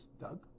Doug